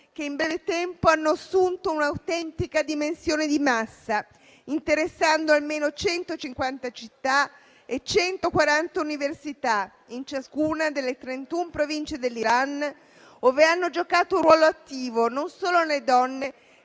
che in breve tempo hanno assunto un'autentica dimensione di massa, interessando almeno 150 città e 140 università in ciascuna delle 31 province dell'Iran, dove hanno giocato un ruolo attivo non solo le donne,